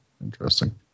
interesting